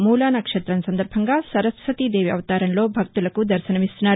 మూలానక్షత్రం సందర్భంగా సరస్వతిదేవి అవతారంలో భక్తులకు దర్భనమిస్తున్నారు